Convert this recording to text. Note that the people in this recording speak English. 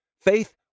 Faith